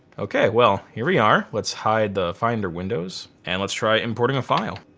okay well here we are. let's hide the finder windows and let's try importing a file.